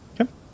Okay